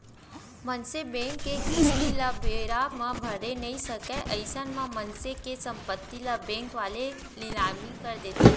मनसे बेंक के किस्ती ल बेरा म भरे नइ सकय अइसन म मनसे के संपत्ति ल बेंक वाले लिलामी कर देथे